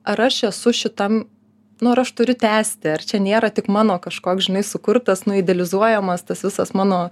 ar aš esu šitam nu ar aš turiu tęsti ar čia nėra tik mano kažkoks žinai sukurtas nu idealizuojamas tas visas mano